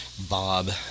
Bob